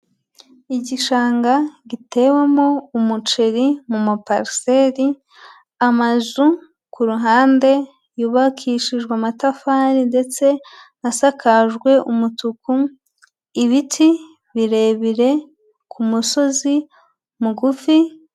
Igishanga gitewemo umuceri muma pariseri, amazu kuruhande yubakishijwe amatafari ndetse asakajwe umutuku, ibiti birebire ku musozi mugufi.